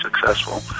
successful